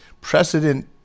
precedent